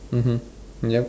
mmhmm yup